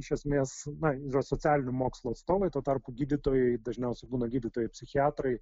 iš esmės yra socialinių mokslų atstovai tuo tarpu gydytojai dažniausiai būna gydytojai psichiatrai